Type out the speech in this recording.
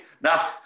Now